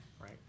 right